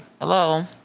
Hello